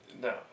no